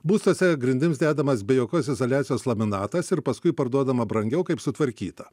būstuose grindims dedamas be jokios izoliacijos laminatas ir paskui parduodama brangiau kaip sutvarkyta